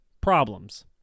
problems